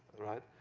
right,